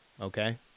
Okay